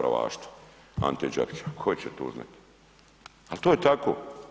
Ante Đakić, tko će to znati, ali to je tako.